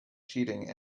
cheating